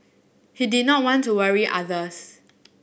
he did not want to worry others